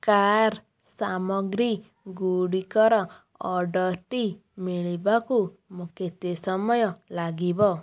car ସାମଗ୍ରୀ ଗୁଡ଼ିକର ଅର୍ଡ଼ର୍ଟି ମିଳିବାକୁ କେତେ ସମୟ ଲାଗିବ